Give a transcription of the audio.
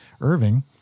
Irving